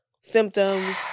symptoms